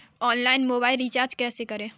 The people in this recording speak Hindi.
ऑनलाइन मोबाइल रिचार्ज कैसे करें?